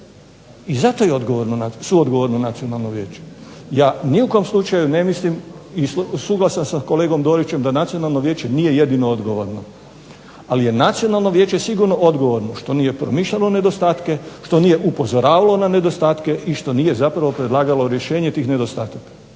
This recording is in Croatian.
I zato je suodgovorno Nacionalno vijeće. Ja ni u kom slučaju ne mislim i suglasan sam s kolegom Dorićem da Nacionalno vijeće nije jedino odgovorno, ali je Nacionalno vijeće sigurno odgovorno što nije promišljalo nedostatke, što nije upozoravalo na nedostatke i što nije zapravo predlagalo rješenje tih nedostataka.